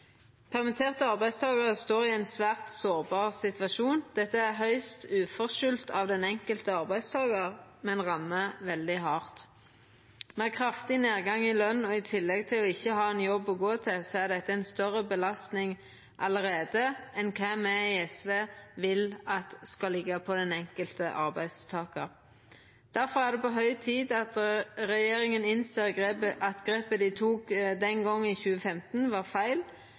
Permitterte arbeidstakarar står i ein svært sårbar situasjon. Dette er høgst uforskyldt når det gjeld den enkelte arbeidstakaren, men rammar veldig hardt. Med kraftig nedgang i løn og i tillegg ikkje ha ein jobb å gå til inneber dette allereie ei større belastning enn kva me i SV vil skal liggja på den enkelte arbeidstakaren. Difor er det på høg tid at regjeringa innser at grepet dei tok i 2015, var feil,